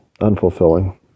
unfulfilling